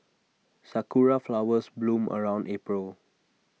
Sakura Flowers bloom around April